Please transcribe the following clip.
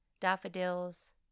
Daffodils